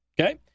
okay